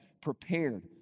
prepared